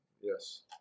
Yes